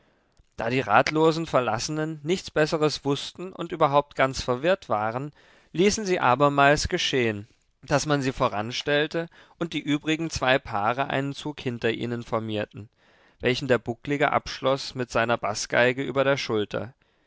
da die ratlosen verlassenen nichts besseres wußten und überhaupt ganz verwirrt waren ließen sie abermals geschehen daß man sie voranstellte und die übrigen zwei paare einen zug hinter ihnen formierten welchen der bucklige abschloß mit seiner baßgeige über der schulter